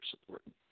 supporting